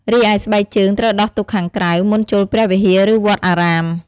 រីឯស្បែកជើងត្រូវដោះទុកខាងក្រៅ មុនចូលព្រះវិហារ ឬវត្តអារាម។